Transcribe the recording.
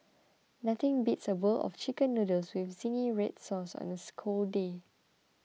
nothing beats a bowl of Chicken Noodles with Zingy Red Sauce on a scold day